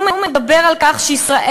והוא מדבר על כך שישראל,